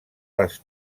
les